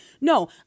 No